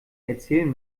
erzählen